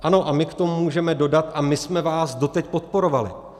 Ano, a my k tomu můžeme dodat: a my jsme vás doteď podporovali.